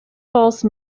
false